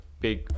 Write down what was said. big